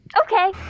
Okay